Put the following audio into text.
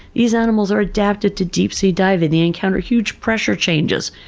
these animals are adapted to deep sea diving, they encounter huge pressure changes.